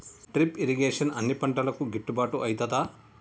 Drip irrigation అన్ని పంటలకు గిట్టుబాటు ఐతదా?